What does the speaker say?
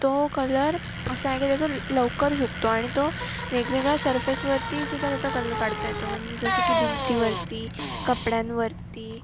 तो कलर असा आहे की त्याचं ल् लवकर सुकतो आणि तो वेगवेगळ्या सरफेसवरतीसुद्धा त्याचा कलर काढता येतो म्हणजे जसं की भिंतीवरती कपड्यांवरती